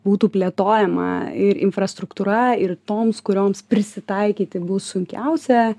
būtų plėtojama ir infrastruktūra ir toms kurioms prisitaikyti bus sunkiausia